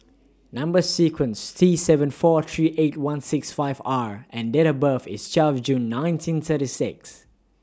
Number sequence IS T seven four three eight one six five R and Date of birth IS twelve June nineteen thirty six